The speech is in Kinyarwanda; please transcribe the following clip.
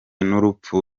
n’urupfu